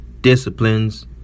disciplines